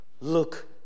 look